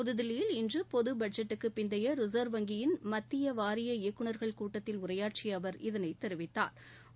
புதுதில்லியில் இன்று பொது பட்ஜெட்டுக்குப் பிந்தைய ரிசர்வ் வங்கியின் மத்திய வாரிய இயக்குனர்கள் கூட்டத்தில் உரையாற்றிய அவர் இதனைத் தெரிவித்தாா்